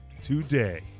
today